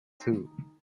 two